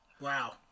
Wow